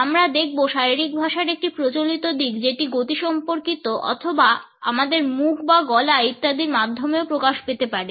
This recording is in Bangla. আমরা দেখব শারীরিক ভাষার একটি প্রচলিত দিক যেটি গতিসম্পর্কিত অথবা আমাদের মুখ বা গলা ইত্যাদির মাধ্যমেও প্রকাশ পেতে পারে